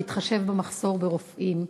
בהתחשב במחסור ברופאים?